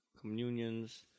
communions